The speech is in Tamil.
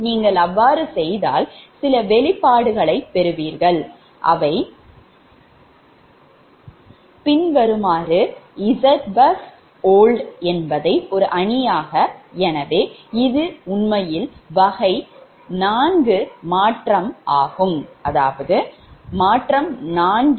நீங்கள் அவ்வாறு செய்தால் சில வெளிப்பாடுகளைப் பெறுவீர்கள் எனவே இது உண்மையில் வகை 4 மாற்றமாகும்